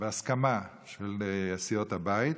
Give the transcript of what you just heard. בהסכמה של סיעות הבית,